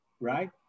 right